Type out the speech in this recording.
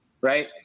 right